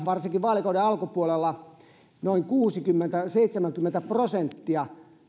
varsinkin vaalikauden alkupuolella tämän eduskunnan koko lainsäädännöstä noin kuusikymmentä viiva seitsemänkymmentä prosenttia